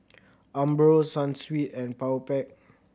Umbro Sunsweet and Powerpac